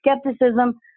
skepticism